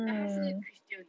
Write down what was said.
like 他是 christian